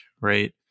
Right